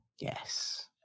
Yes